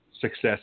success